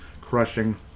crushing